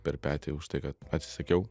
per petį už tai kad atsisakiau